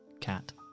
Cat